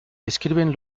describen